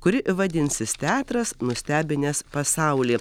kuri vadinsis teatras nustebinęs pasaulį